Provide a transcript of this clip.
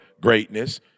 greatness